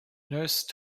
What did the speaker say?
nurse